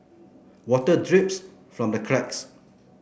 water drips from the cracks